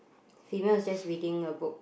female is just reading a book